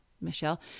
Michelle